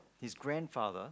his grandfather